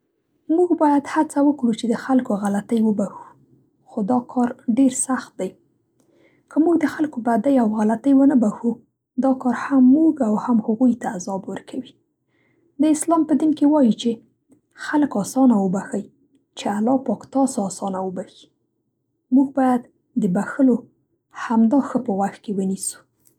موږ باید هڅه وکړو چې د خلکو غلطۍ وبښو، خو دا کار ډېر سخت دی. که موږ د خلکو بدۍ او غلطۍ ونه بښو دا کار هم موږ او هم هغوی ته عذاب ورکوي. د اسلام په دین کې وايي چې: خلک آسانه وبښۍ چې الله پاک تاسو آسانه وبښي. موږ باید د بښلو همدا ښه په غوږ کې ونیسو.